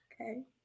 Okay